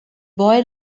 boy